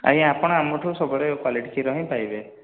ଆଜ୍ଞା ଆପଣ ଆମଠୁ ସବୁବେଳେ କ୍ୱାଲିଟି କ୍ଷୀର ହିଁ ପାଇବେ